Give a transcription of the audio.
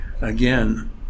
again